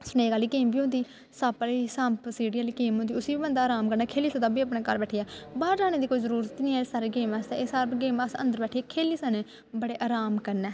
snake आह्ली game बी होंदी सप्प आह्ली सांप सीढ़ी आह्ली गेम होंदी उस्सी बी बंदा अराम कन्नै खेली सकदा ओह् बी अपने घर बैठियै बाह्र जाने दी कोई जरूरत निं है एह् सारे गेम आस्तै एह् सब्भ गेमां अस अंदर बैठियै खेली सकने बड़े अराम कन्नै